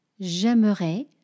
j'aimerais